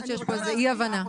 שיש פה אי-הבנה.